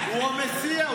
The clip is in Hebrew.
הוא המציע,